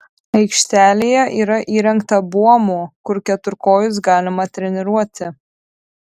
aikštelėje yra įrengta buomų kur keturkojus galima treniruoti